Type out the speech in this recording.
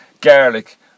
garlic